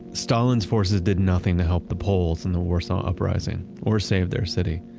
stalin's forces did nothing to help the poles in the warsaw uprising or save their city.